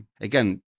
Again